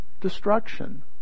destruction